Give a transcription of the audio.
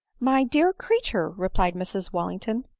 my dear creature! replied mrs wallington,